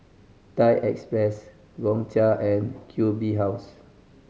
Thai Express Gongcha and Q B House